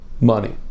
money